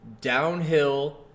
downhill